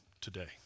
today